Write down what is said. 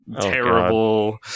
terrible